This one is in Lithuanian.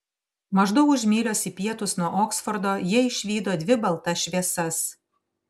maždaug už mylios į pietus nuo oksfordo jie išvydo dvi baltas šviesas